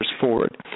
forward